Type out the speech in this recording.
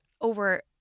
over